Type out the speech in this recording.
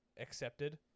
accepted